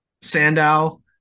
Sandow